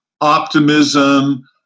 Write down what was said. optimism